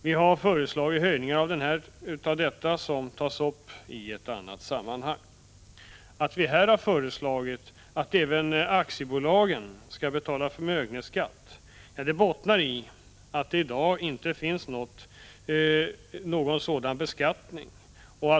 Vi har föreslagit höjningar av denna, vilket tas upp i annat sammanhang. Att vi här har föreslagit att även aktiebolagen skall betala förmögenhetsskatt bottnar i att det i dag inte finns någon sådan beskattning.